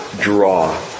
draw